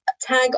tag